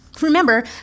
Remember